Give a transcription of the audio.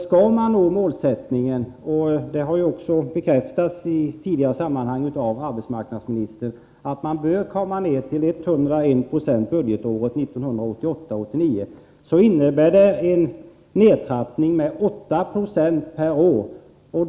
Skall man nå målet — och det har även bekräftats i tidigare sammanhang av arbetsmarknadsministern att man bör komma ned till 101 96 budgetåret 1988/89 — innebär det en nedtrappning med 8 procentenheter per år.